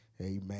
amen